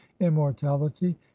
immortality